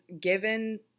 given